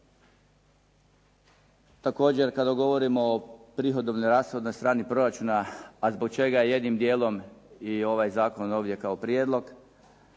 Također kada govorimo o prihodovnoj i rashodnoj strani proračuna, a zbog čega jednim dijelom i ovaj zakon ovdje kao prijedlog,